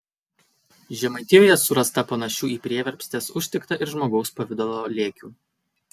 žemaitijoje surasta panašių į prieverpstes užtikta ir žmogaus pavidalo lėkių